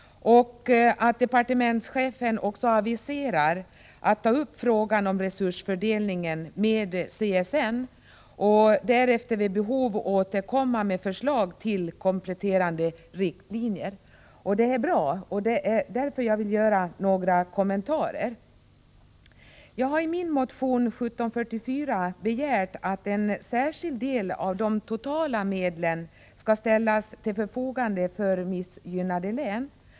Departementschefen aviserar också att hon kommer att ta upp frågan om resursfördelningen med CSN och därefter vid behov återkomma med förslag till kompletterande riktlinjer. Det är bra, och det är därför jag vill göra några kommentarer. I motion 1744 har jag begärt att en särskild del av de totala medlen skall ställas till förfogande för missgynnade län.